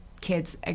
kids